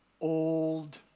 old